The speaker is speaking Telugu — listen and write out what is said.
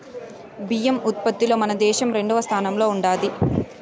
బియ్యం ఉత్పత్తిలో మన దేశం రెండవ స్థానంలో ఉండాది